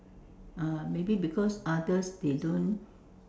uh maybe because others they don't